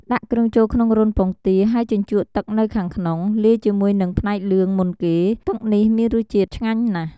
ដាក់គ្រឿងចូលក្នុងរន្ធពងទា ហើយជញ្ជក់ទឹកនៅខាងក្នុង លាយជាមួយនឹងផ្នែកលឿងមុនគេ ទឹកនេះមានរសជាតិឆ្ងាញ់ណាស់។